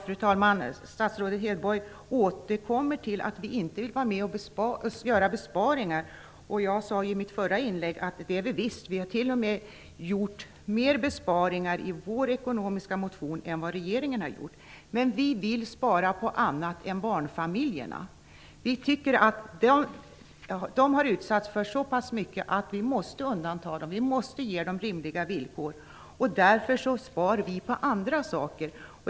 Fru talman! Statsrådet Hedborg återkommer till att Folkpartiet inte vill vara med och göra besparingar. Jag sade i mitt förra inlägg att vi visst är beredda till det. Vi har t.o.m. föreslagit mer besparingar i vår ekonomiska motion än vad regeringen har föreslagit. Men vi vill spara på annat än barnfamiljerna. Vi tycker att de har utsatts för så pass mycket att vi måste undanta dem. Vi måste ge dem rimliga villkor. Därför spar vi på andra saker.